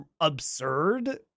absurd